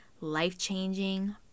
life-changing